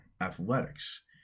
athletics